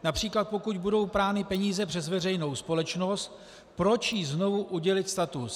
Například pokud budou prány peníze přes veřejnou společnost, proč jí znovu udělit status.